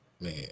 Man